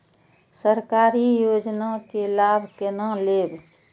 सरकारी योजना के लाभ केना लेब?